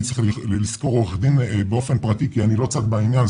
אני צריך לשכור עורך דין באופן פרטי כי אני לא צד בעניין,